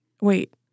Wait